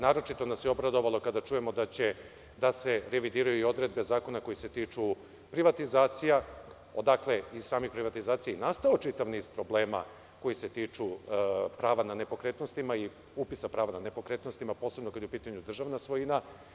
Naročito nas je obradovalo kada čujemo da će se revidirati i odredbe zakona koji se tiču privatizacija odakle je i nastao čitav niz problema koji se tiču prava na nepokretnosti i upisa prava nad nepokretnostima, posebno kada je u pitanju državna svojina.